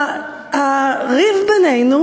והריב בינינו,